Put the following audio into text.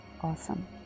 Awesome